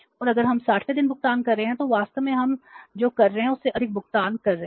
और अगर हम 60 वें दिन भुगतान कर रहे हैं तो वास्तव में हम जो कर रहे हैं उससे अधिक भुगतान कर रहे हैं